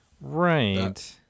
Right